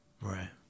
Right